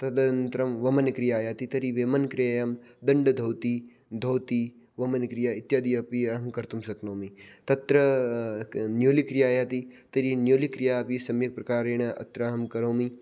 तदनन्तरं वमनक्रिया याति तर्हि वमनक्रियायां दण्डधौतिः धौतिः वमनक्रिया इत्यादि अपि अहं कर्तुं शक्नोमि तत्र न्यूलिक्रिया याति तर्हि न्यूलिक्रिया अपि सम्यक् प्रकारेण अत्र अहं करोमि